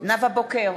נאוה בוקר,